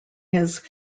his